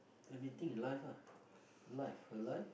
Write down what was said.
everything in life ah life her life